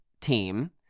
team